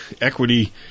equity